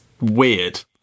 weird